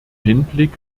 hinblick